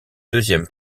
deuxième